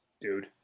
dude